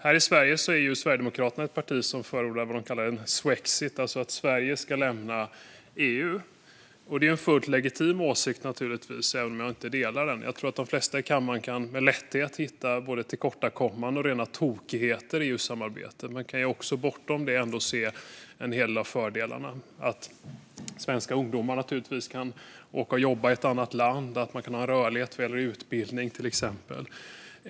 Här i Sverige är Sverigedemokraterna ett parti som förordar vad man kallar en svexit, alltså att Sverige ska lämna EU. Det är naturligtvis en fullt legitim åsikt, även om jag inte delar den. Jag tror att de flesta i kammaren med lätthet kan hitta både tillkortakommanden och rena tokigheter i EU-samarbetet, men man kan ändå bortom detta se en hel del av fördelarna. Svenska ungdomar kan åka och jobba i ett annat land, och man kan ha rörlighet när det gäller utbildning, till exempel.